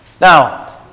Now